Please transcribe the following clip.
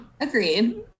Agreed